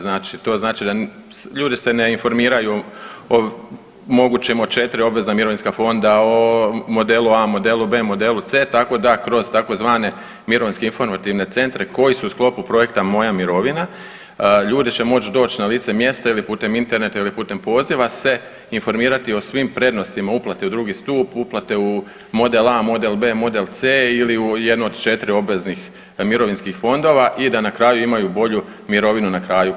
Znači, to znači da ljudi se ne informiraju o mogućem od 4 obvezna mirovinska fonda, o modelu A, modelu B, modelu C, tako da kroz tzv. mirovinske informativne centre koji su u sklopu Projekta Moja mirovina, ljudi će moći doći na lice mjesta ili putem interneta ili putem poziva se informirati o svim prednostima uplate u drugi stup, uplate u model A, model B, model C ili u jedno od 4 obveznih mirovinskih fondova i da na kraju imaju bolju mirovinu na kraju.